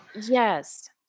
yes